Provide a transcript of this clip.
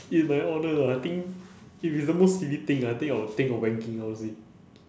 in my honour ah I think if it's the most silly thing ah I think I will think of wanking honestly